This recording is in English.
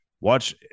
watch